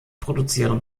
produzieren